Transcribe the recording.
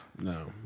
no